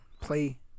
play